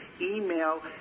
email